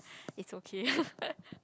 is okay